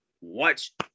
watch